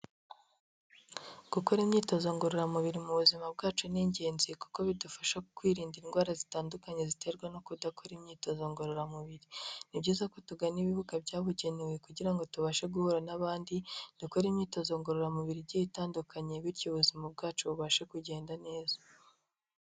Gukora imyitozo ngororamubiri mu buzima bwacu ni ingenzi kuko bidufasha kwirinda indwara zitandukanye ziterwa no kudakora imyitozo ngororamubiri. Ni byiza ko tugana ibibuga byabugenewe kugira ngo tubashe guhura n'abandi, dukore imyitozo ngororamubiri igiye itandukanye bityo ubuzima bwacu bubashe kugenda neza.